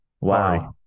Wow